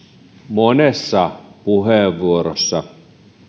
monessa puheenvuorossa